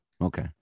Okay